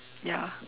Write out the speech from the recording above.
ya